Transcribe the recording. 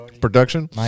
production